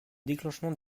déclenchement